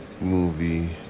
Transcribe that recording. movie